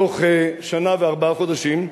בתוך שנה וארבעה חודשים,